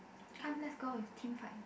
come let's go with team five